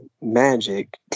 magic